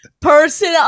person